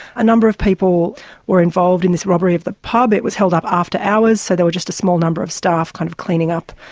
a number of people were involved in this robbery of the pub, it was held up after hours so there was just a small number of staff kind of cleaning up.